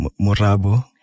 Morabo